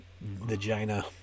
vagina